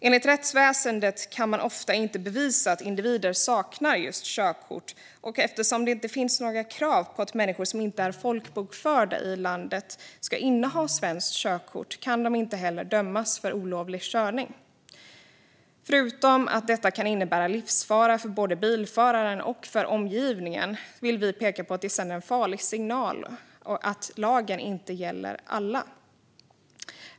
Enligt rättsväsendet kan man ofta inte bevisa att individer saknar körkort, och eftersom det inte finns något krav på att människor som inte är folkbokförda i landet ska inneha svenskt körkort kan de inte heller dömas för olovlig körning. Förutom att detta kan innebära livsfara för både bilföraren och omgivningen vill vi peka på att det sänder en farlig signal att lagen inte gäller alla.